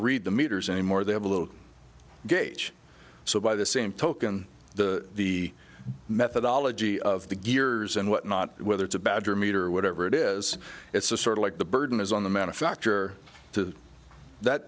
read the meters anymore they have a little gauge so by the same token the the methodology of the gears and whatnot whether it's a badge or meter or whatever it is it's a sort of like the burden is on the manufacture to that